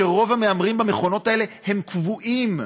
שרוב המהמרים במכונות האלה הם קבועים.